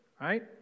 right